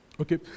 okay